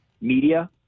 media